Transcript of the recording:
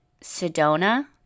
Sedona